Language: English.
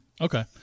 Okay